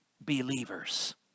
believers